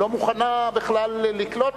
לא מוכנה בכלל לקלוט.